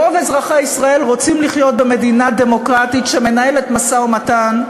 רוב אזרחי ישראל רוצים לחיות במדינה דמוקרטית שמנהלת משא-ומתן,